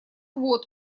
вот